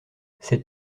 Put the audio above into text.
cette